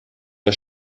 der